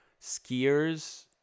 skiers